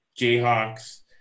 Jayhawks